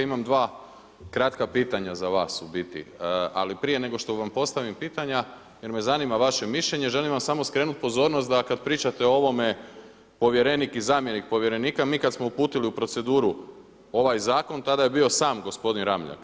Imam dva kratka pitanja za vas u biti, ali prije nego što vam postavim pitanja, jer me zanima vaše mišljenje, želim vam samo skrenut pozornost da kad pričate o ovome povjerenik i zamjenik povjerenika, mi kad smo uputili u proceduru ovaj zakon, tada je bio sam gospodin Ramljak.